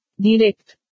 Direct